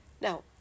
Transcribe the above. Now